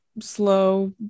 slow